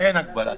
אין הגבלה.